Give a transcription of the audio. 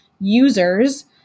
users